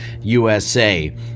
USA